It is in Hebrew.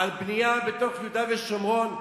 על בנייה בתוך יהודה ושומרון,